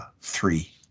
three